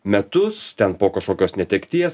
metus ten po kažkokios netekties